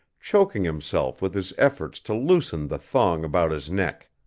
choking himself with his efforts to loosen the thong about his neck.